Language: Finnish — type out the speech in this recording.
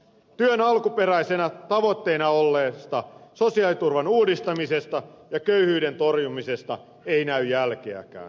työn alkuperäisenä tavoitteena olleista sosiaaliturvan uudistamisesta ja köyhyyden torjumisesta ei näy jälkeäkään